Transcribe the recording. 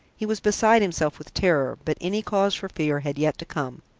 he was beside himself with terror, but any cause for fear had yet to come.